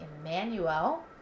Emmanuel